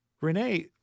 Renee